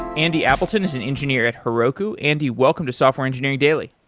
andy appleton is an engineer at heroku. andy, welcome to software engineering daily.